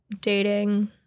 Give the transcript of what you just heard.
dating